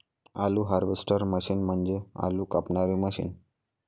आलू harvester machine म्हणजे आलू कापणारी मशीन